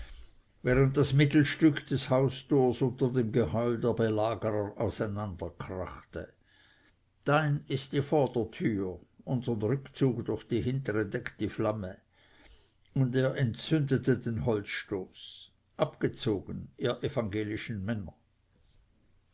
während das mittelstück des haustors unter dem geheul der belagerer auseinanderkrachte dein ist die vordertür unsern rückzug durch die hintere deckt die flamme und er entzündete den holzstoß abgezogen ihr evangelischen männer